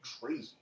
crazy